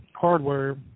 hardware